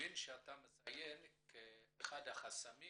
מבין שאתה מציין את אחד החסמים